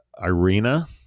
Irina